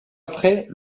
après